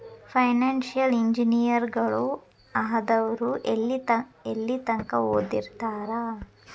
Financial ಇಂಜಿನಿಯರಗಳು ಆದವ್ರು ಯೆಲ್ಲಿತಂಕಾ ಓದಿರ್ತಾರ?